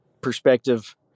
perspective